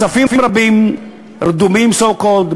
כספים רבים רדומים so-called,